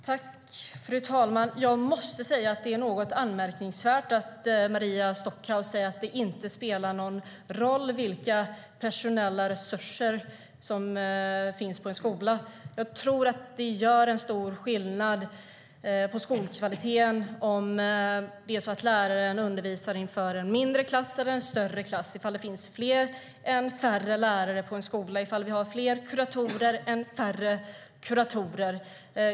Fru talman! Jag måste säga att det är något anmärkningsvärt att Maria Stockhaus säger att det inte spelar någon roll vilka personella resurser det finns på en skola. Jag tror att det gör stor skillnad på skolkvaliteten om läraren undervisar inför en mindre klass eller en större klass, ifall det finns fler eller färre lärare på en skola, ifall vi har fler eller färre kuratorer.